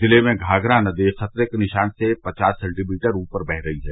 जिले में घाघरा नदी खतरे के निशान से पवास सेंटीमीटर ऊपर वह रही है